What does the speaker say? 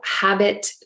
habit